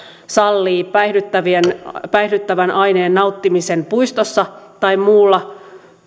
sallii päihdyttävän aineen nauttimisen puistossa tai muulla